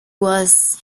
was